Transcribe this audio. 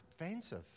offensive